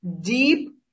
deep